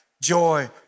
Joy